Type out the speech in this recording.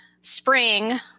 spring –